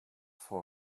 for